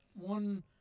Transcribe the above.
one